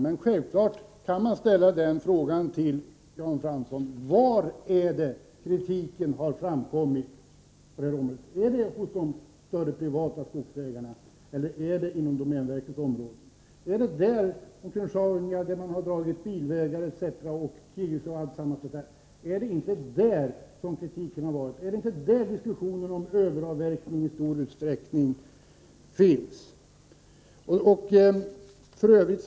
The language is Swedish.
Men man kan självfallet ställa frågan till Jan Fransson: Var är det kritiken har framförts på det här området? Är det de större privata skogsägarna, eller har den gällt domänverkets områden? Är det inte områdena kring Sjaunja, där man har dragit bilvägar etc., som kritiken har gällt? Är det inte när det gäller dessa områden som kritiken för överavverkning i stor utsträckning har kommit?